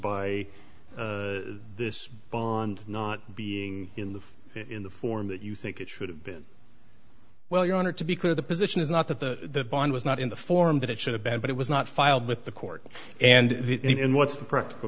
by this bond not being in the in the form that you think it should have been well your honor to be clear the position is not that the bond was not in the form that it should have been but it was not filed with the court and in what's the practical